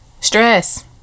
stress